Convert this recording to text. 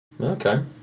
Okay